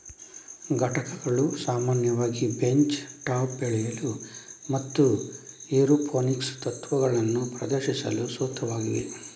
ಘಟಕಗಳು ಸಾಮಾನ್ಯವಾಗಿ bench top ಬೆಳೆಯಲು ಮತ್ತು ಏರೋಪೋನಿಕ್ಸ್ ತತ್ವಗಳನ್ನು ಪ್ರದರ್ಶಿಸಲು ಸೂಕ್ತವಾಗಿವೆ